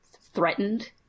threatened